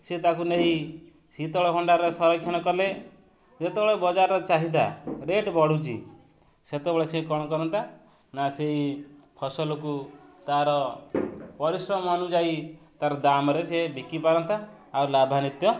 ସିଏ ତା'କୁ ନେଇ ଶୀତଳ ଖଣ୍ଡାରେ ସଂରକ୍ଷଣ କଲେ ଯେତେବେଳେ ବଜାରର ଚାହିଦା ରେଟ୍ ବଢ଼ୁଛି ସେତେବେଳେ ସେ କ'ଣ କରନ୍ତା ନା ସେହି ଫସଲକୁ ତା'ର ପରିଶ୍ରମ ଅନୁଯାୟୀ ତା'ର ଦାମରେ ସେ ବିକି ପାରନ୍ତା ଆଉ ଲାଭାନିତ୍ୟ